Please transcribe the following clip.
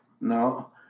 No